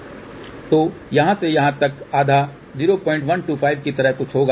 तो यहाँ से यहाँ तक आधा 0125 की तरह कुछ होगा